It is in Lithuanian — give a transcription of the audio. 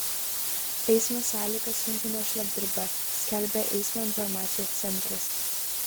eismo sąlygas sunkina šlapdriba skelbia eismo informacijos centras